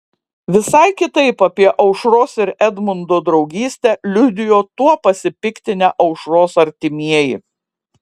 visai kitaip apie aušros ir edmundo draugystę liudijo tuo pasipiktinę aušros artimieji